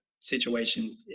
situation